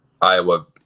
Iowa